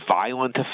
violent